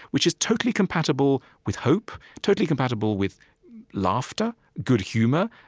which is totally compatible with hope, totally compatible with laughter, good humor,